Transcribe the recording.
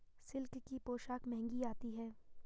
silk की पोशाक महंगी आती है